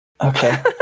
Okay